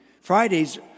Fridays